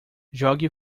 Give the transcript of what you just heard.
jogue